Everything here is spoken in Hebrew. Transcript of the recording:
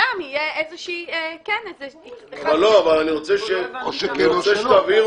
שם יהיה --- או שכן או שלא.